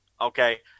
Okay